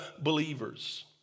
believers